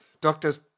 Doctor's